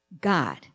God